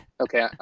Okay